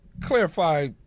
clarify